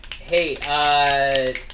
Hey